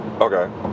Okay